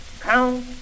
count